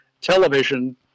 television